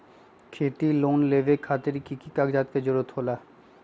खेती लोन लेबे खातिर की की कागजात के जरूरत होला?